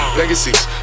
legacies